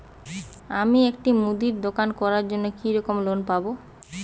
আমি একটি মুদির দোকান করার জন্য কি রকম লোন পাব?